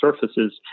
surfaces